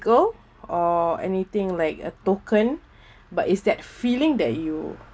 ~cal or anything like a token but is that feeling that you